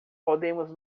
podemos